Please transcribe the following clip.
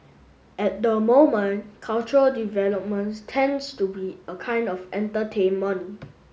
at the moment cultural development tends to be a kind of entertainment